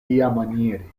tiamaniere